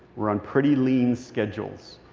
we're on pretty lean schedules.